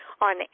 on